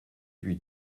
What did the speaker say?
lui